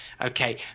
okay